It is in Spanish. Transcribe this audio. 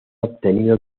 obtenido